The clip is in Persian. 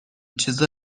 چیزا